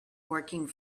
working